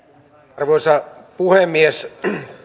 arvoisa puhemies